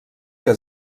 que